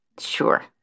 Sure